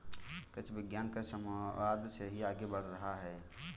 कृषि विज्ञान कृषि समवाद से ही आगे बढ़ रहा है